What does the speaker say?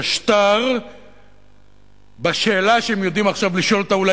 את השטר בשאלה שהם יודעים לשאול אותה עכשיו,